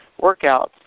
workouts